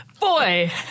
Boy